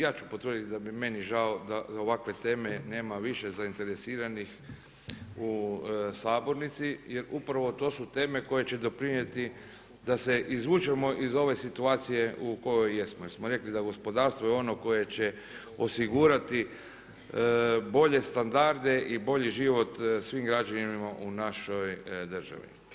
Ja ću potvrditi da je meni žao da za ovakve teme nema više zainteresiranih u sabornici jer upravo to su teme koje će doprinijeti da se izvučemo iz ove situacije u kojoj jesmo jer smo rekli da gospodarstvo je ono koje će osigurati bolje standarde i bolji život svim građanima u našoj državi.